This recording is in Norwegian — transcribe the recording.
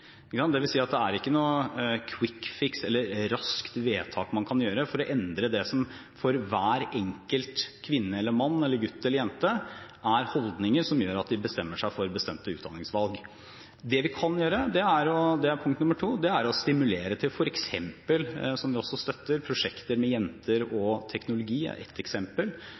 at det er ikke noen «quick fix» eller noe raskt vedtak man kan gjøre for å endre det som for hver enkelt kvinne eller mann, gutt eller jente er holdninger som gjør at de bestemmer seg for bestemte utdanningsvalg. Det vi kan gjøre, er, punkt nr. 2, å stimulere til f.eks. – som vi også støtter – prosjekter med jenter og teknologi, som er ett eksempel.